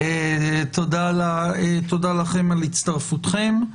תודה לכם על הצטרפותכם.